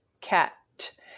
cat